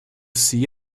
see